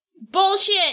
Bullshit